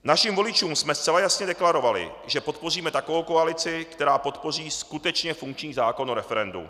Našim voličům jsme zcela jasně deklarovali, že podpoříme takovou koalici, která podpoří skutečně funkční zákon o referendu.